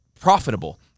profitable